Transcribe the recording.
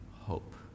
hope